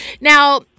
Now